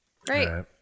Great